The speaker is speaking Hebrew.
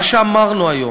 מה שאמרנו היום,